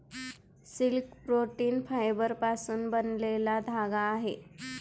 silk protein फायबरपासून बनलेला धागा आहे